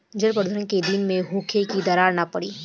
जल प्रबंधन केय दिन में होखे कि दरार न पड़ी?